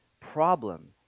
problem